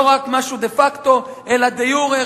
לא רק משהו דה-פקטו, אלא דה-יורה.